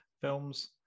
films